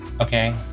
okay